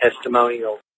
testimonial